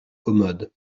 commode